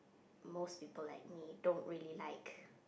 most people like me don't really like